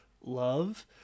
love